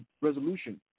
resolution